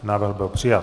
Návrh byl přijat.